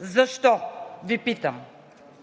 Защо Ви питам?